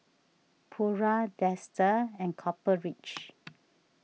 Pura Dester and Copper Ridge